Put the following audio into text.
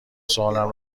سوالم